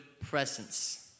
presence